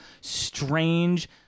strange